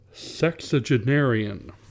Sexagenarian